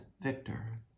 victor